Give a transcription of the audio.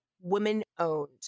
women-owned